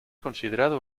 considerado